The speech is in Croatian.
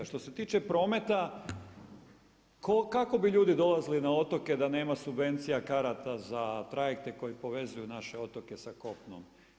Što se tiče prometa, kako bi ljudi dolazili na otoke da nema subvencija, karata za trajekte koji povezuju naše otoke sa kopnom?